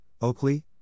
Oakley